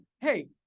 Hey